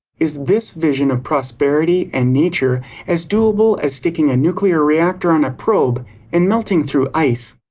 is this vision of prosperity and nature as doable as sticking a nuclear reactor on a probe and melting thru ice?